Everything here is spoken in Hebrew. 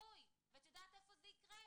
ואת יודעת איפה זה יקרה?